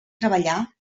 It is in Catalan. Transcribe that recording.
treballar